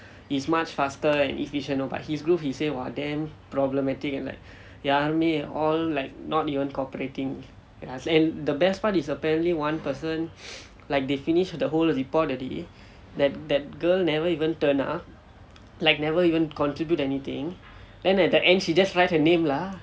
is much faster and efficient know but his group he say !wah! damn problematic like யாருமே:yaarume all like not even cooperating and ah the best part is apparently one person like they finish the whole report already that that girl never even turn up like never even contribute anything then at the end she just write her name lah